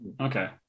okay